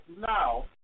now